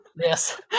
Yes